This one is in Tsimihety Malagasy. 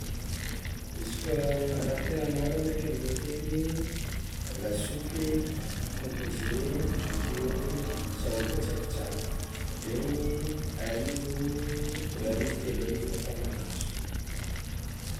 Izy koa raha tegna mora ndraiky amin'ny hôtely: lasopa, composé avekeo sahoaba tsakotsako, regny arivo, roa arivo telo arivo fa mahazo.